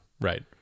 right